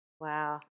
Wow